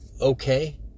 okay